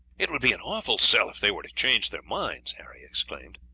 it would be an awful sell if they were to change their minds, harry exclaimed.